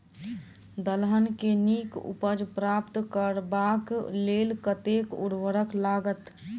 दलहन केँ नीक उपज प्राप्त करबाक लेल कतेक उर्वरक लागत?